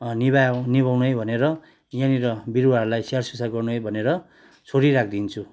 निभाउ निभाउने भनेर यहाँनिर बिरुवाहरूलाई स्याहार सुसार गर्नु है भनेर छोडिराखिदिन्छु